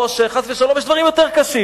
או שחס ושלום יש דברים יותר קשים,